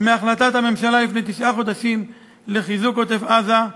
מהחלטת הממשלה לפני תשעה חודשים לחיזוק עוטף-עזה,